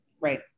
Right